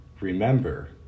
Remember